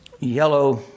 Yellow